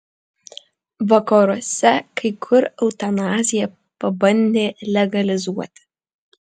vakaruose kai kur eutanaziją pabandė legalizuoti